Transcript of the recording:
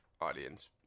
audience